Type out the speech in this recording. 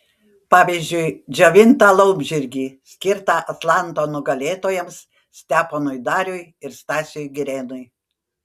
pavyzdžiui džiovintą laumžirgį skirtą atlanto nugalėtojams steponui dariui ir stasiui girėnui